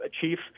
chief